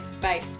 bye